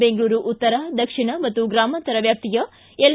ಬೆಂಗಳೂರು ಉತ್ತರ ದಕ್ಷಿಣ ಮತ್ತು ಗ್ರಾಮಾಂತರ ವ್ಯಾಪ್ತಿಯ ಎಲ್